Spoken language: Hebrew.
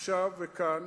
עכשיו וכאן,